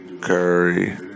Curry